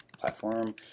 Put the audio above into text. platform